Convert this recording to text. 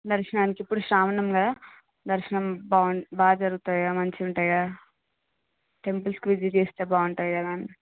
దర్శనానికి ఇప్పుడు శ్రావణం కదా దర్శనం బాగా జరుగుతుంది కదా మంచిగుంటది కదా టెంపుల్కి విజిట్ చేస్తే బాగుంటుంది కదా అని